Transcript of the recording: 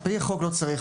על פי החוק לא צריך,